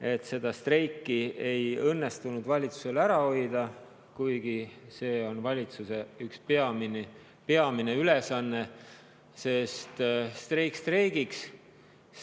et seda streiki ei õnnestunud valitsusel ära hoida, kuigi see on valitsuse üks peamine ülesanne. Streik streigiks,